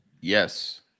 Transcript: yes